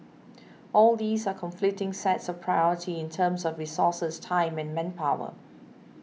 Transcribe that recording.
all these are conflicting sets of priority in terms of resources time and manpower